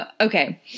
okay